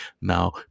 now